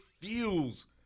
feels